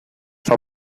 son